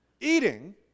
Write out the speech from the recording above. eating